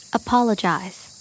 apologize